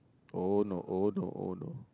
oh no oh no oh no